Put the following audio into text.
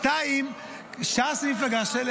2. ש"ס היא מפלגה של